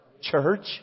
Church